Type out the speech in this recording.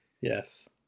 Yes